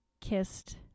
kissed